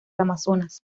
amazonas